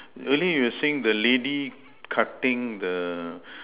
really you think the lady cutting the